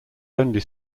only